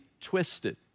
twisted